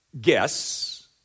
guess